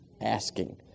asking